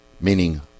meaning